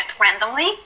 randomly